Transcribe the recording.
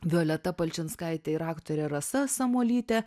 violeta palčinskaitė ir aktorė rasa samuolytė